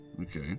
Okay